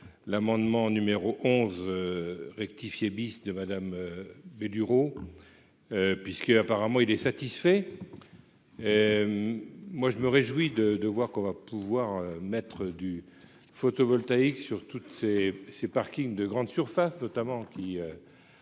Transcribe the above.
l'amendement numéro 11 rectifié bis de Madame May puisque apparemment il est satisfait, moi je me réjouis de de voir qu'on va pouvoir mettre du photovoltaïque sur toutes ces ces parkings de grandes surfaces, notamment, qui